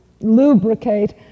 lubricate